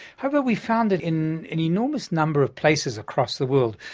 however we found it in an enormous number of places across the world,